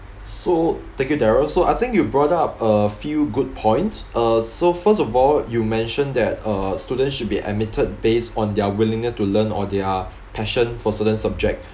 so thank you darrel so I think you brought up a few good points uh so first of all you mention that uh students should be admitted based on their willingness to learn or their passion for certain subject